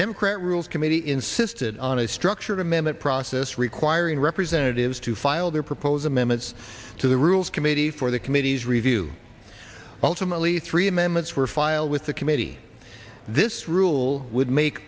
democrat rules committee insisted on a structured amendment process requiring representatives to file their proposal mamet's to the rules committee for the committee's review ultimately three amendments were filed with the committee this rule would make